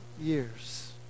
years